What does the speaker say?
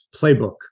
playbook